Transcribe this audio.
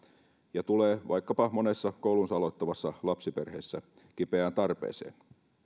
ja tulee vaikkapa monessa koulunsa aloittavan lapsen perheessä kipeään tarpeeseen